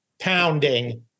Pounding